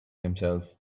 himself